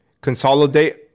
consolidate